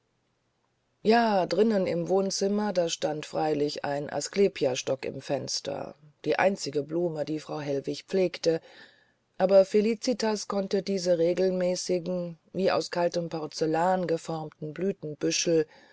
ja drin im wohnzimmer da stand freilich ein asklepiasstock im fenster die einzige blume die frau hellwig pflegte aber felicitas konnte diese regelmäßigen wie aus kaltem porzellan geformten